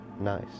Nice